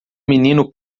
menino